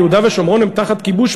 יהודה ושומרון הם תחת כיבוש,